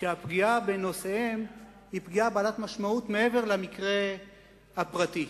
שהפגיעה בנושאיהן היא פגיעה בעלת משמעות מעבר למקרה הפרטי.